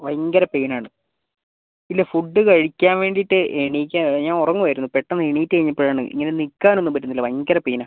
ഭയങ്കര പെയിൻ ആണ് ഇല്ല ഫുഡ് കഴിക്കാൻ വേണ്ടിയിട്ട് എണീക്കാൻ ഞാൻ ഉറങ്ങുവായിരുന്നു പെട്ടെന്ന് എണീറ്റ് കഴിഞ്ഞപ്പോഴാണ് ഇങ്ങനെ നിൽക്കാനൊന്നും പറ്റുന്നില്ല ഭയങ്കര പെയിൻ ആണ്